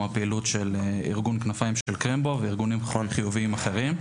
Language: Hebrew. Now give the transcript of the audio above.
הפעילות של ארגון כנפיים של קרמבו וארגונים חיוביים אחרים.